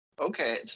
Okay